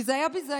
כי זה היה ביזיון.